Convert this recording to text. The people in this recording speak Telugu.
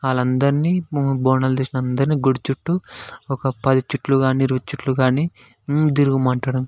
వాళ్ళందరిని బోనాలు తీసిన అందరిని గుడి చుట్టూ ఒక పది చుట్లు కాని ఇరవై చుట్లు కాని తిరగమంటాడు